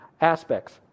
aspects